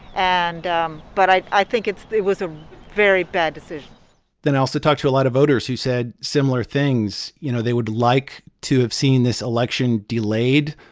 and um but i i think it's it was a very bad decision then i also talked to a lot of voters who said similar things. you know, they would like to have seen this election delayed,